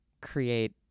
create